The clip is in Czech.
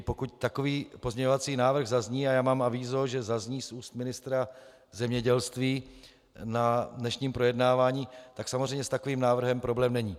Pokud takový pozměňovací návrh zazní, a mám avízo, že zazní z úst ministra zemědělství na dnešním projednávání, tak samozřejmě s takovým návrhem problém není.